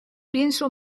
pienso